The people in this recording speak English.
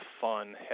fun